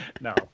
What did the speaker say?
No